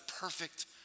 perfect